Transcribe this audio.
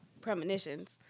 premonitions